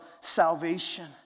salvation